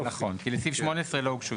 כי לסעיף 18 לא הוגשו